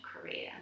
career